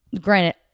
Granted